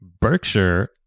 Berkshire